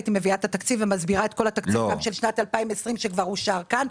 הייתי מביאה את התקציב ומסבירה את כל התקציב גם של 2020 שכבר אושר כאן.